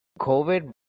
COVID